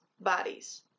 bodies